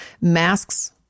masks